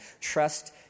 Trust